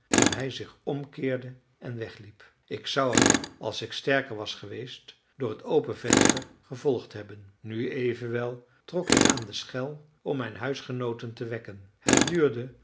toen hij zich omkeerde en wegliep ik zou hem als ik sterker was geweest door het open venster gevolgd hebben nu evenwel trok ik aan de schel om mijn huisgenooten te wekken het duurde